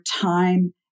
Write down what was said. time